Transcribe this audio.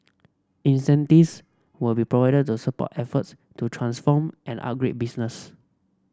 incentives will be provided to support efforts to transform and upgrade business